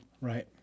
Right